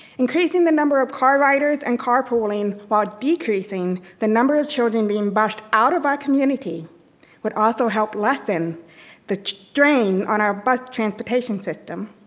increasing the number of car riders and car pooling while decreasing the number of children being bashed out of our community would also help lessen the stain on our bus transportation system.